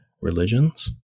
religions